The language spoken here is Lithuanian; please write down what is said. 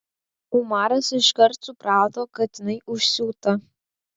umaras iškart suprato kad jinai užsiūta